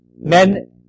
men